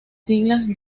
siglas